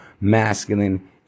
masculine